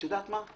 את יודעת מה?